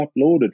uploaded